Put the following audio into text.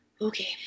Okay